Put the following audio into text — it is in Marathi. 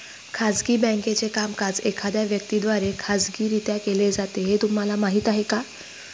खाजगी बँकेचे कामकाज एखाद्या व्यक्ती द्वारे खाजगीरित्या केले जाते हे तुम्हाला माहीत आहे